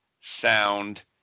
sound